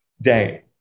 day